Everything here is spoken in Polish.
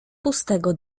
pustego